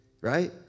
right